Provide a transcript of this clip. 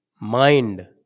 mind